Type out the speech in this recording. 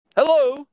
Hello